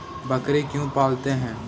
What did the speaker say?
बकरी क्यों पालते है?